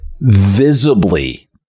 visibly